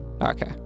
Okay